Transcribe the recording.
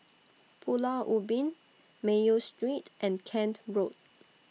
Pulau Ubin Mayo Street and Kent Road